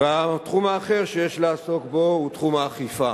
2. התחום האחר שיש לעסוק בו הוא תחום האכיפה.